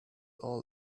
all